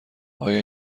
آیا